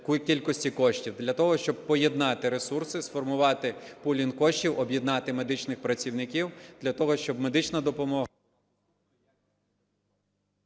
кількості коштів, для того щоб поєднати ресурси, сформувати пулінг коштів, об'єднати медичних працівників для того, щоб медична допомога…